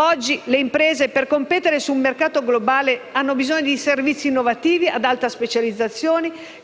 Oggi le imprese, per competere sul mercato globale, necessitano di servizi innovativi e ad alta specializzazione